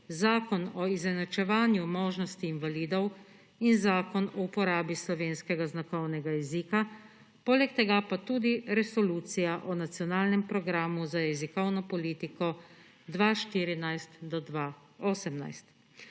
Zakon o izenačevanju možnosti invalidov in Zakon o uporabi slovenskega znakovnega jezika, polega tega pa tudi Resolucija o nacionalnem programu za jezikovno politiko 2014–2018.